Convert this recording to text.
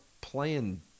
playing